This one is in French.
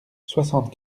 soixante